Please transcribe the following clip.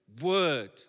word